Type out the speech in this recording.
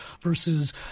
versus